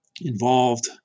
involved